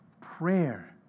prayer